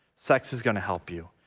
sex is going to help you,